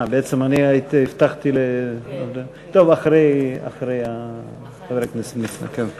מכובדי יושב-ראש הכנסת, חברי חברי הכנסת, מכובדי